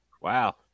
Wow